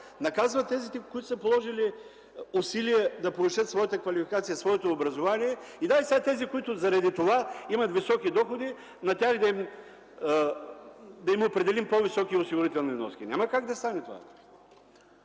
наказва тези, които са положили усилие да повишат своята квалификация, своето образование, и дайте сега тези, които заради това имат високи доходи, на тях да им определим по-високи осигурителни вноски. Няма как да стане това!